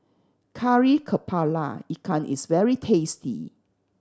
Kari Kepala Ikan is very tasty